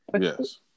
Yes